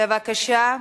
בבקשה,